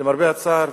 למרבה הצער,